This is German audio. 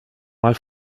mal